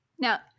Now